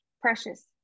precious